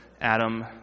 Adam